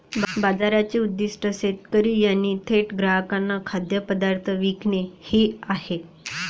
बाजाराचे उद्दीष्ट शेतकरी यांनी थेट ग्राहकांना खाद्यपदार्थ विकणे हे आहे